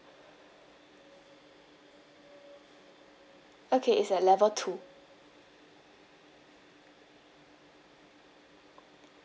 okay is at level two